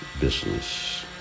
business